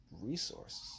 resources